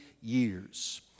years